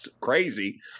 crazy